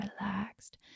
relaxed